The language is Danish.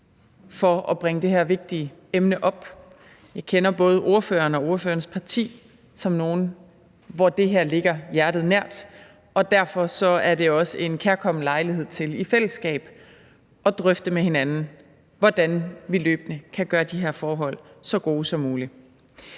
for at bringe det her vigtige emne op. Jeg kender både ordføreren og ordførerens parti som nogle, hvor det her ligger hjertet nært, og derfor er det også en kærkommen lejlighed til i fællesskab at drøfte med hinanden, hvordan vi løbende kan gøre de her forhold så gode som muligt.